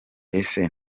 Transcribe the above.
ese